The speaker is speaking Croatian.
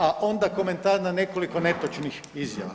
A onda komentar na nekoliko netočnih izjava.